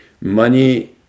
Money